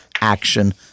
Action